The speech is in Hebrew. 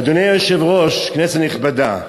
אדוני היושב-ראש, כנסת נכבדה,